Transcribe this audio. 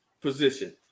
position